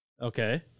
Okay